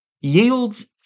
yields